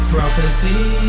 Prophecy